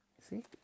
See